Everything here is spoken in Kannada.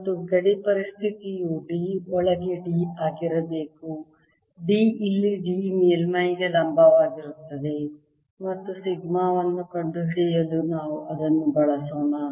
ಮತ್ತು ಗಡಿ ಸ್ಥಿತಿಯು D ಒಳಗೆ D ಆಗಿರಬೇಕು D ಇಲ್ಲಿ D ಮೇಲ್ಮೈಗೆ ಲಂಬವಾಗಿರುತ್ತದೆ ಮತ್ತು ಸಿಗ್ಮಾ ವನ್ನು ಕಂಡುಹಿಡಿಯಲು ನಾವು ಅದನ್ನು ಬಳಸೋಣ